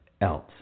else